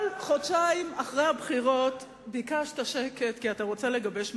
חודשיים אחרי הבחירות ביקשת שקט כי אתה רוצה לגבש מדיניות,